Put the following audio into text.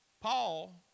Paul